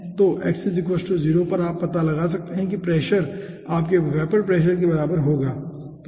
तो x 0 पर आप पता लगा सकते हैं कि प्रेशर आपके वेपर प्रेशर के बराबर होगा ठीक है